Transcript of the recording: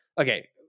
Okay